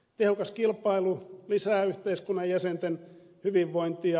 tehokas kilpailu lisää yhteiskunnan jäsenten hyvinvointia